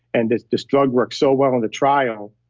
and this this drug worked so well in the trial,